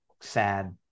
sad